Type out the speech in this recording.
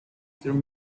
through